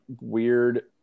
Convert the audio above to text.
weird